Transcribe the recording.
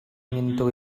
into